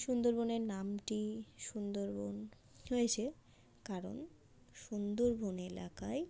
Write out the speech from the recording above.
সুন্দরবনের নামটি সুন্দরবন হয়েছে কারণ সুন্দরবন এলাকায়